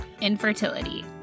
infertility